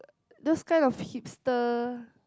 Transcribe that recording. those kind of hipster